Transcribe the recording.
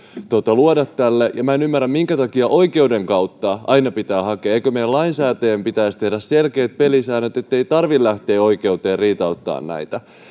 luoda tälle minä en ymmärrä minkä takia oikeuden kautta aina pitää hakea ratkaisua eikö meidän lainsäätäjien pitäisi tehdä selkeät pelisäännöt ettei tarvitsisi lähteä oikeuteen riitauttamaan näitä